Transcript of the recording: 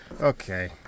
Okay